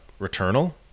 Returnal